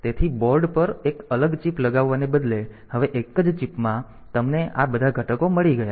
તેથી બોર્ડ પર એક અલગ ચિપ લગાવવાને બદલે હવે એક જ ચિપમાં તમને આ બધા ઘટકો મળી ગયા છે